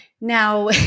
now